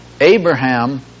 Abraham